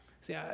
See